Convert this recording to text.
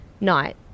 night